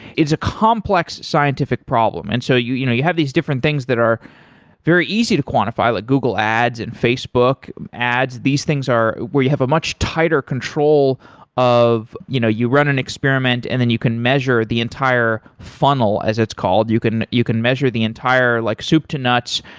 it's a complex scientific problem. and so you you know you have these different things that are very easy to quantify, like google ads and facebook ads. these things are where you have a much tighter control of you know you run an experiment and then you can measure the entire funnel, as it's called, you can you can measure the entire like soup to nuts.